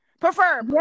prefer